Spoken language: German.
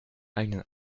einen